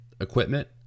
equipment